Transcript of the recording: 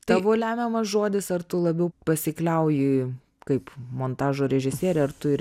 tavo lemiamas žodis ar tu labiau pasikliauji kaip montažo režisierė ar tu ir